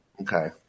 Okay